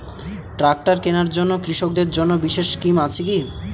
Tractor কেনার জন্য কৃষকদের জন্য বিশেষ স্কিম আছে কি?